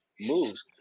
moves